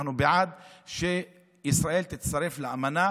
ואנחנו בעד שישראל תצטרף לאמנה